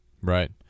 Right